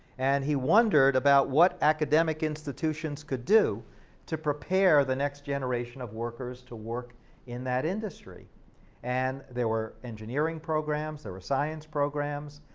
and he wondered about what academic institutions could do to prepare the next generation of workers to work in that industry and there were engineering programs, there were science programs,